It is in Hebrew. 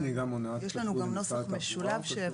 יש לנו גם נוסח משולב.